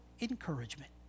encouragement